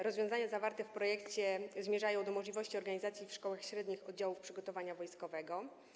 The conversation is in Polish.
Rozwiązania zawarte w projekcie zmierzają do możliwości organizacji w szkołach średnich oddziałów przygotowania wojskowego.